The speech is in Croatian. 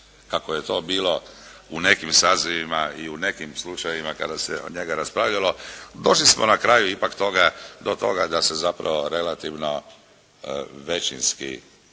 kako je to bilo u nekim sazivima i u nekim slučajevima kada se od njega raspravljalo. Došli smo na kraju ipak toga, do toga da se zapravo relativno većinski